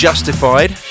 Justified